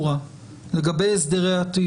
חמורה כתוצאה מכך שאין שם עונש מזערי ואולי נכון שאלו